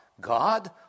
God